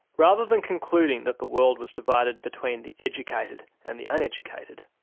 rather than concluding that the world was divided between the educated and the uneducated,